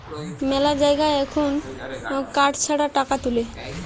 মেলা জায়গায় এখুন কার্ড ছাড়া টাকা তুলে